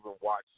watch